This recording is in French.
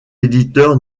éditeur